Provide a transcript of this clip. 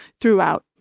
throughout